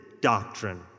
doctrine